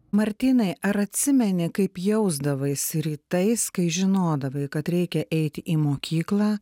martynai ar atsimeni kaip jausdavaisi rytais kai žinodavai kad reikia eiti į mokyklą